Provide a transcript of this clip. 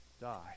die